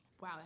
Wow